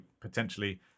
potentially